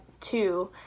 two